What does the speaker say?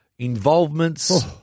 Involvements